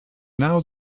now